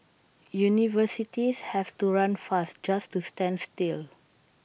universities have to run fast just to stand still